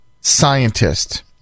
scientist